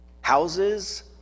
Houses